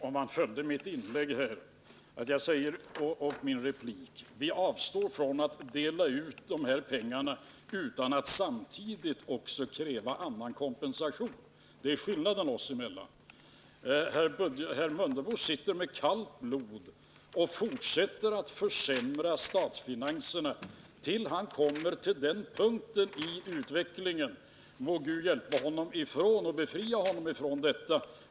Herr talman! Herr Mundebo skulle, om han följde mitt inlägg och min replik här, kunna erinra sig att jag sade att jag avstår från att dela ut de här pengarna utan att samtidigt kräva annan kompensation. Det är skillnaden oss emellan. Herr Mundebo fortsätter med kallt blod att vilja försämra statsfinanserna tills han kommer till den punkt i utvecklingen där läget blir omöjligt. Må Gud hjälpa och befria honom från detta!